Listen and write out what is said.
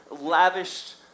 lavished